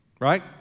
right